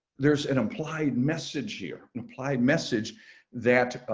there's an implied message here reply message that